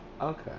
okay